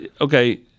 okay